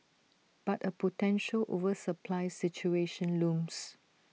but A potential oversupply situation looms